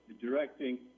directing